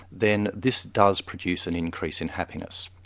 then this does produce an increase in happiness.